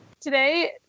today